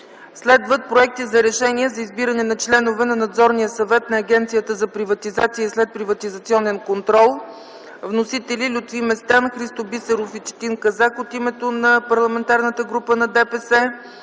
10. Проекти за решение за избиране на членове на Надзорния съвет на Агенцията за приватизация и следприватизационен контрол. Вносители: Лютви Местан, Христо Бисеров и Четин Казак от името на Парламентарната група на ДПС;